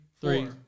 three